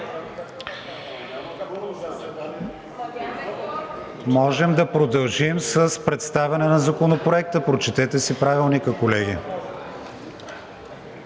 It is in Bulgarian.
Можем да продължим с представяне на Законопроекта, прочетете си Правилника, колеги.